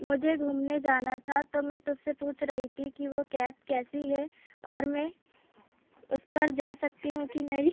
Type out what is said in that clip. मुझे घूमने जाना था तो मैं तुससे पूछ रही थी कि वो कैब कैसी है और मैं उस पर जा सकती हूँ कि नहीं